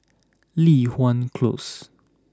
Li Hwan close